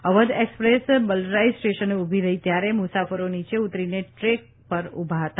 Awadh express Balrai સ્ટેશને ઉભી રહી ત્યારે મુસાફરો નીચે ઉતરીને ટ્રેક પર ઉભા હતા